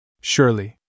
Surely